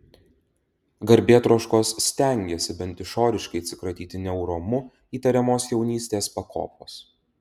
garbėtroškos stengėsi bent išoriškai atsikratyti neorumu įtariamos jaunystės pakopos